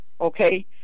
okay